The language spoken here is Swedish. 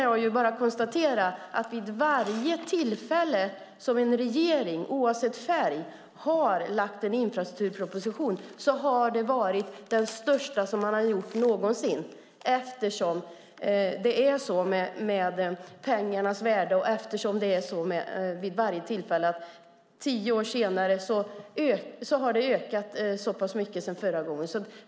Jag kan konstatera att vid varje tillfälle som en regering, oavsett färg, har lagt fram en infrastrukturproposition har det varit den största någonsin. Det är ju så med pengarnas värde att det tio år senare har ökat.